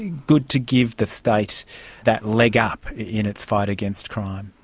good to give the state that leg up in its fight against crime.